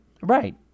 Right